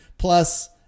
Plus